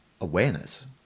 awareness